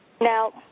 Now